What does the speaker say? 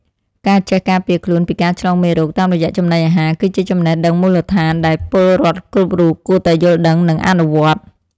ការចេះការពារខ្លួនពីការឆ្លងមេរោគតាមរយៈចំណីអាហារ គឺជាចំណេះដឹងមូលដ្ឋានដែលពលរដ្ឋគ្រប់រូបគួរតែយល់ដឹងនិងអនុវត្ត។